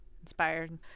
Inspired